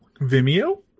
Vimeo